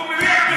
הוא מריח בחירות.